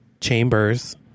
chambers